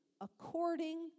according